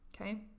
Okay